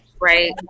right